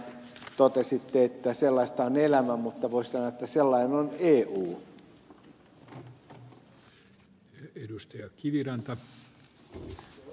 totesitte että sellaista on elämä mutta voisi sanoa että sellainen on eu